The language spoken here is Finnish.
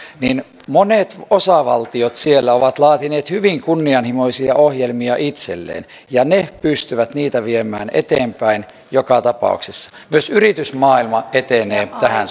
niin monet osavaltiot siellä ovat laatineet hyvin kunnianhimoisia ohjelmia itselleen ja ne pystyvät niitä viemään eteenpäin joka tapauksessa myös yritysmaailma etenee tähän